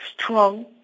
strong